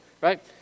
Right